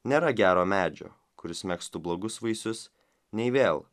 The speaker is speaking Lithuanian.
nėra gero medžio kuris megztų blogus vaisius nei vėl